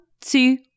two